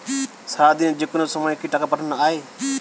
সারাদিনে যেকোনো সময় কি টাকা পাঠানো য়ায়?